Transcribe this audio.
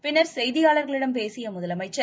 பின்னர் செய்தியாளர்களிடம் பேசிய முதலமைச்சர்